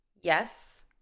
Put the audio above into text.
yes